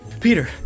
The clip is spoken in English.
Peter